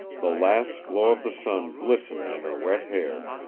the last glow of the sun glistened in her wet hair,